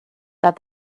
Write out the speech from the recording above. that